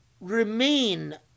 remain